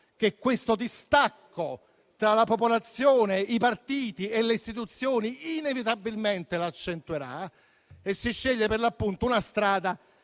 che questo distacco tra la popolazione, i partiti e le istituzioni inevitabilmente accentuerà. Si sceglie per l'appunto una strada